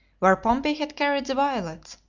where pompey had carried the violets,